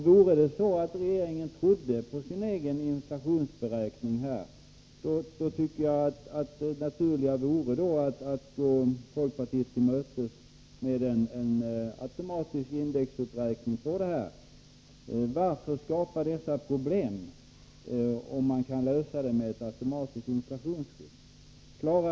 Trodde regeringen på sin egen inflationsberäkning tycker jag att det naturliga vore att gå folkpartiet till mötes och acceptera en automatisk indexuppräkning. Varför skapa dessa problem, om man kan klara det hela med ett automatiskt inflationsskydd?